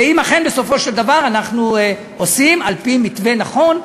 זה אם אכן בסופו של דבר אנחנו עושים על-פי מתווה נכון,